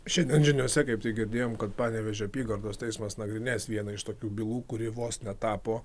šiandien žiniose kaip tai girdėjom kad panevėžio apygardos teismas nagrinės vieną iš tokių bylų kuri vos netapo